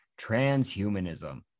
transhumanism